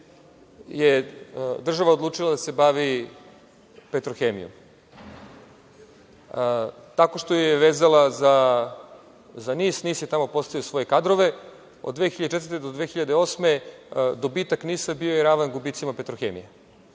je država odlučila da se bavi „Petrohemijom“, tako što ju je vezala za NIS, NIS je tamo postavio svoje kadrove. Od 2004. do 2008. godine dobitak NIS-a bio je ravan gubicima „Petrohemije“.